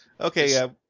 Okay